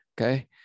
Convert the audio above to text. okay